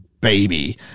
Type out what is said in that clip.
baby